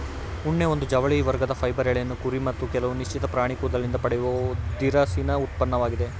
ಉಣ್ಣೆ ಒಂದು ಜವಳಿ ವರ್ಗದ ಫೈಬರ್ ಎಳೆಯನ್ನು ಕುರಿ ಮತ್ತು ಕೆಲವು ನಿಶ್ಚಿತ ಪ್ರಾಣಿ ಕೂದಲಿಂದ ಪಡೆಯುವ ದಿರಸಿನ ಉತ್ಪನ್ನವಾಗಿದೆ